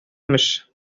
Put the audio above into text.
имеш